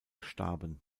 starben